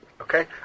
okay